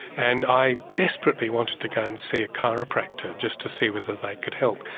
and i desperately wanted to go and see a chiropractor just to see whether they could help.